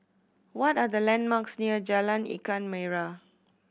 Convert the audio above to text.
what are the landmarks near Jalan Ikan Merah